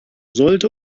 sollte